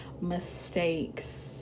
mistakes